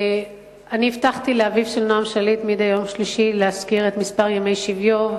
אני הבטחתי לאביו של נועם שליט להזכיר מדי יום שלישי את מספר ימי שביו,